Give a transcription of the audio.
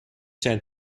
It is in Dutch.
zijn